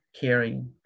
caring